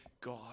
God